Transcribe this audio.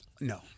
No